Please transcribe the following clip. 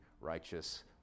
righteous